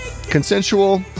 consensual